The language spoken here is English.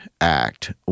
Act